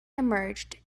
emerged